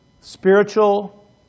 Spiritual